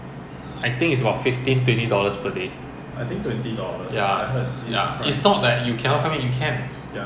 V_E_P those who choose to stay no need to pay for V_E_P because they are stuck here due to the circuit breaker mah